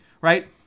right